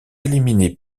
éliminées